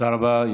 תודה רבה.